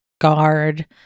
guard